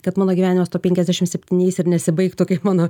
kad mano gyvenimas to penkiasdešim septyniais ir nesibaigtų kaip mano